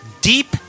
Deep